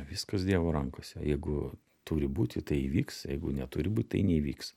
viskas dievo rankose jeigu turi būti tai įvyks jeigu neturi būt tai neįvyks